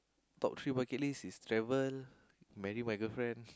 top three bucket list is travel marry my girlfriend